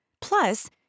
Plus